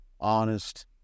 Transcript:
honest